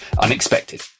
unexpected